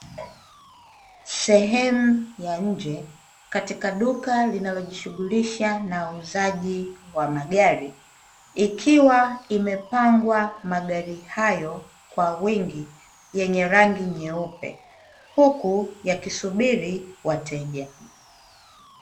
Sehemu ya nje, katika duka linalojishughulisha na uuzaji wa magari, ikiwa imepangwa magari hayo kwa wingi, yenye rangi nyeupe, huku yakisubiri wateja.